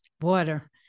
water